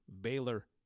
Baylor